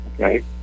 okay